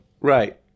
right